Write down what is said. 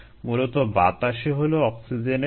এরপর আমরা দেখেছি তাপমাত্রার প্রভাবের গাণিতিক বিশ্লেষণ